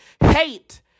hate